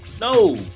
No